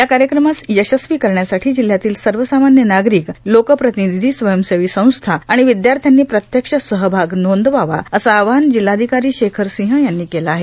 या कार्यक्रमास यशस्वी करण्यासाठी जिल्हयातील सर्वसामान्य नागरिक लोकप्रतिनिधी स्वयंसेवी संस्था आणि विद्यार्थ्यानी प्रत्यक्ष सहभाग नोंदवावा असे आवाहन जिल्हाधिकारी शेखर सिंह यांनी केले आहे